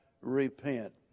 repent